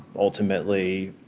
ultimately,